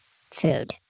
food